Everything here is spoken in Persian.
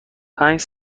پنج